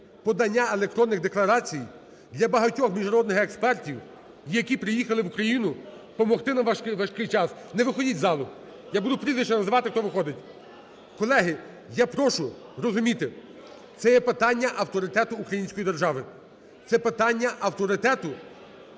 подання електронних декларацій для багатьох міжнародних експертів, які приїхали в Україну помогти нам у важкий час. Не виходіть з залу! Я буду прізвища називати, хто виходить. Колеги, я прошу розуміти, це є питання авторитету української держави, це питання авторитету